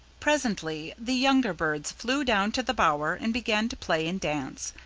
presently the younger birds flew down to the bower, and began to play and dance.